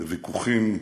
לוויכוחים קולניים,